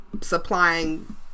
supplying